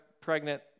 pregnant